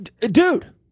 Dude